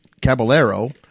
Caballero